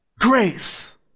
grace